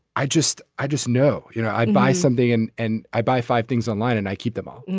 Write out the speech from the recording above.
i just i just know you know i'd buy something and and i buy five things online and i keep them up